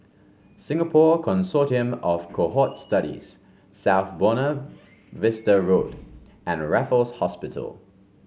Singapore Consortium of Cohort Studies South Buona Vista Road and Raffles Hospital